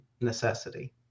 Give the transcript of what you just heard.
necessity